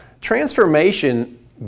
transformation